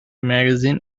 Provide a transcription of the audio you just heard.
magazine